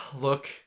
Look